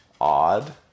odd